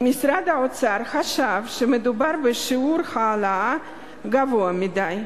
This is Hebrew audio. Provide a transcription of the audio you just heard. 1. משרד האוצר חשב שמדובר בשיעור העלאה גבוה מדי.